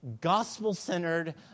gospel-centered